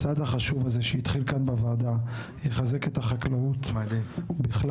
הצעד החשוב הזה שהתחיל כאן בוועדה יחזק את החקלאות בכלל,